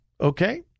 okay